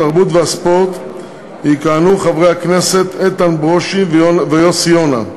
התרבות והספורט יכהנו חברי הכנסת איתן ברושי ויוסי יונה,